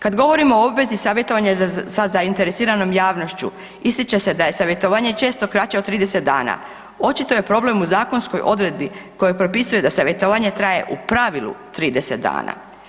Kada govorimo o obvezi savjetovanja sa zainteresiranom javnošću ističe se da je savjetovanje često kraće od 30 dana, očito je problem u zakonskoj odredbi koja propisuje da savjetovanje traje u pravilu 30 dana.